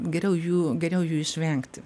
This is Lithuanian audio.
geriau jų geriau jų išvengti